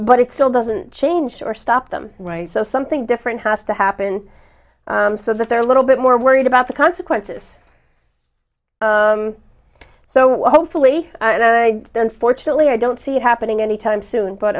but it still doesn't change or stop them right so something different has to happen so that they're a little bit more worried about the consequences so what hopefully then fortunately i don't see it happening any time soon but